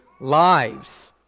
lives